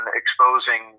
exposing